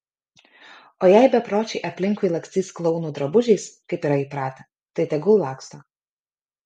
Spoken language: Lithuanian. o jei bepročiai aplinkui lakstys klounų drabužiais kaip yra įpratę tai tegul laksto